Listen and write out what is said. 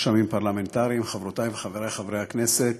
רשמים פרלמנטריים, חברותי וחברי חברי הכנסת,